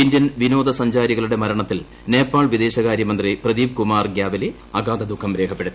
Indian വിനോദസഞ്ചാരികളുടെ മരണത്തിൽ നേപ്പാൾ വിദേശകാര്യ മന്ത്രി പ്രദീപ് കുമാർ ഗ്യാവലി അഗാധ ദുഃഖം രേഖപ്പെടുത്തി